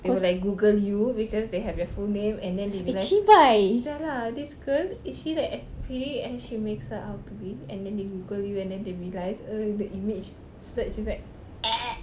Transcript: they will like Google you because they have your full name and then they realise !siala! this girl is she as pretty as she makes her out to be and then they Google you and then they realise err in the image search is like